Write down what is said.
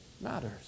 Matters